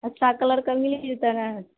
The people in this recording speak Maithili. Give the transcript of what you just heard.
अच्छा कलरके मिल जेतए नहि